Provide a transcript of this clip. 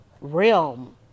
Realm